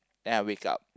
then I wake up